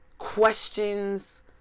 questions